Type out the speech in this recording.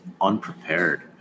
unprepared